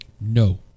No